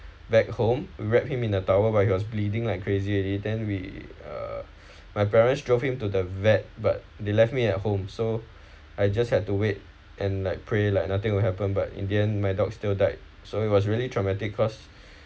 back home wrapped him in a tower but he was bleeding like crazy already then we uh my parents drove him to the vet but they left me at home so I just have to wait and like pray like nothing will happen but in the end my dog still died so it was really traumatic cause